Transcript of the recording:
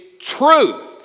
truth